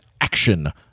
action